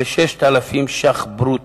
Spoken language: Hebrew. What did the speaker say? ב-6,000 שקלים ברוטו,